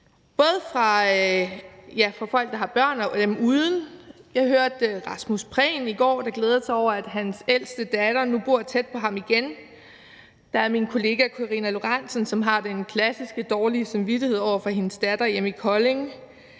Jeg hørte Rasmus Prehn i går, der glædede sig over, at hans ældste datter nu bor tæt på ham igen. Der er min kollega Karina Lorentzen Dehnhardt, som har den klassiske dårlige samvittighed over for sin datter hjemme i Kolding.